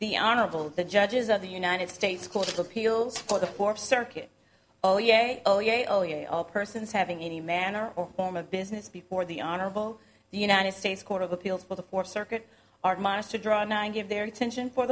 the honorable the judges of the united states court of appeals for the four circuit oh yes oh yea oh yea all persons having any manner or form of business before the honorable the united states court of appeals for the fourth circuit our minds to draw nine give their attention for